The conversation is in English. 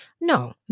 No